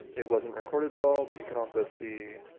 it wasn't recorded well, but you can also see,